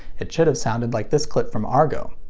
it should have sounded like this clip from argo.